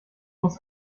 muss